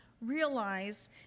realize